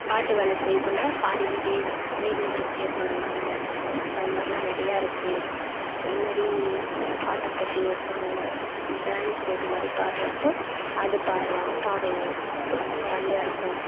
காட்டு வேலை செய்யக்குள்ளே பாடிக்கிட்டே பயிர் நட்டுக்கிட்டே பாடுவாங்க அது மாதிரிலாம் நிறையா இருக்குது அது மாரி பாட்டுப்போட்டி வைப்பாங்க டேன்ஸு இது மாதிரி பாடுகிறப் போது அது பாடலாம் பாடுவோம் செம ஜாலியாயிருக்கும்